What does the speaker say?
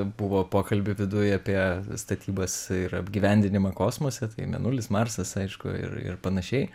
buvo pokalbių viduj apie statybas ir apgyvendinimą kosmose tai mėnulis marsas aišku ir ir panašiai